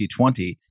2020